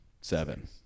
Seven